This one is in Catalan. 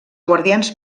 guàrdies